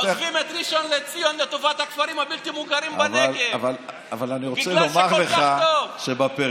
עוזבים את ראשון לציון לטובת הכפרים הבלתי-מוכרים בנגב בגלל שכל כך טוב.